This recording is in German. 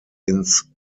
ins